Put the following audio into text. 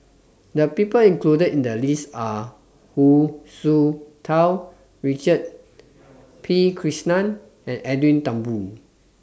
The People included in The list Are Hu Tsu Tau Richard P Krishnan and Edwin Thumboo